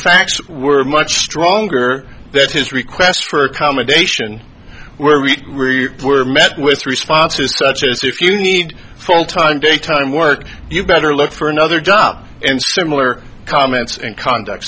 facts were much stronger that his request for accommodation where we were met with responses such as if you need full time day time work you better look for another job and similar comments in con